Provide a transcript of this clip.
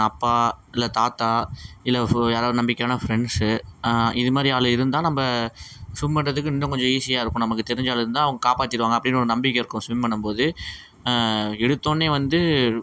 அப்பா இல்லை தாத்தா இல்லை ஃபு யாராவது நம்பிக்கையான ஃப்ரெண்ட்ஸு இது மாதிரி ஆள் இருந்தால் நம்ப ஸ்விம் பண்ணுறதுக்கு இன்னும் கொஞ்சம் ஈஸியாக இருக்கும் நமக்கு தெரிஞ்ச ஆள் இருந்தால் அவங்க காப்பாற்றிருவாங்க அப்படின்னு ஒரு நம்பிக்கை இருக்கும் ஸ்விம் பண்ணும்போது எடுத்தோடன்னே வந்து